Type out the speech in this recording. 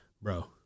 bro